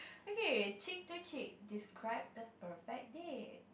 okay cheek to cheek describe the perfect day